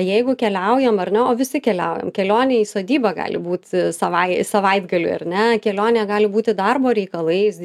jeigu keliaujam ar ne o visi keliaujam kelionėj į sodybą gali būt savai savaitgaliui ar ne kelionė gali būti darbo reikalais